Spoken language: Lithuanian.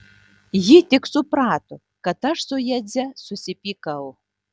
ji tik suprato kad aš su jadze susipykau